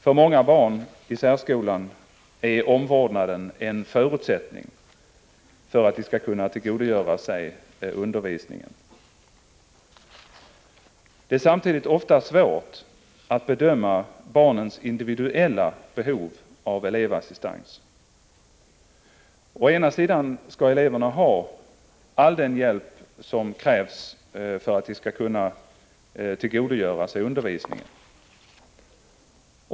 För många barn i särskolan är omvårdnaden en förutsättning för att de skall kunna tillgodogöra sig undervisningen. Det är samtidigt ofta svårt att bedöma barnens individuella behov av elevassistans. Å ena sidan skall eleverna ha all den hjälp som krävs för att de skall kunna tillgodogöra sig undervisningen.